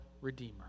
Redeemer